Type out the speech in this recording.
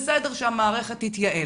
בסדר שהמערכת תתייעל.